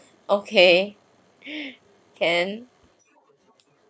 okay can